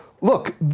look